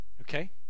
okay